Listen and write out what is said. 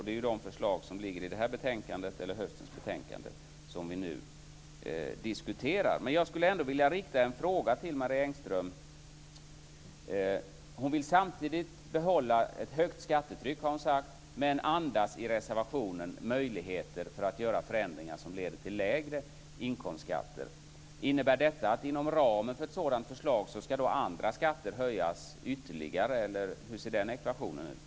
Det är de förslag som ligger i höstens betänkande som vi nu diskuterar. Hon har sagt att hon vill behålla ett högt skattetryck, men andas i reservationen möjligheter att göra förändringar som leder till lägre inkomstskatter. Innebär detta att andra skatter ska höjas ytterligare inom ramen för ett sådant förslag, eller hur ser den ekvationen ut?